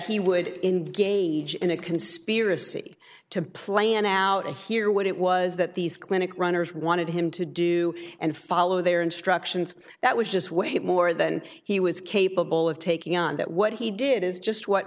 he would engage in a conspiracy to plan out here what it was that these clinic runners wanted him to do and follow their instructions that was just way more than he was capable of taking on that what he did is just what